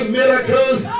miracles